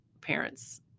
parents